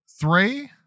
Three